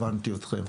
הבנתי אתכם.